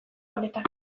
honetan